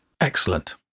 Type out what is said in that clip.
Excellent